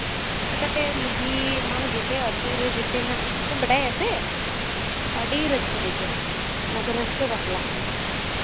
ᱪᱤᱠᱟᱹᱛᱮ ᱢᱟᱹᱡᱷᱤ ᱮᱢᱟᱱ ᱡᱮᱛᱮ ᱟᱛᱳ ᱨᱮ ᱡᱮᱛᱮᱱᱟᱜ ᱠᱚ ᱵᱟᱰᱟᱭᱟᱥᱮ ᱟᱹᱰᱤ ᱨᱟᱹᱥᱠᱟᱹ ᱵᱩᱡᱷᱟᱹᱜᱼᱟ ᱚᱱᱟᱫᱚ ᱨᱟᱹᱥᱠᱟᱹ ᱵᱟᱯᱞᱟ ᱠᱟᱱᱟ